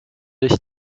ich